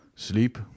sleep